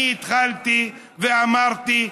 אני התחלתי ואמרתי: